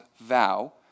vow